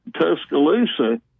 Tuscaloosa